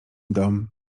dom